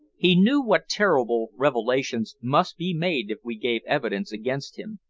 he knew what terrible revelations must be made if we gave evidence against him,